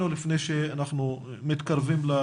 אנחנו מקווים שזה יהיה מוכן וייצא היום או מחר